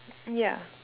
yeah